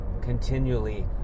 continually